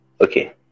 okay